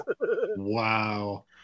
Wow